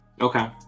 Okay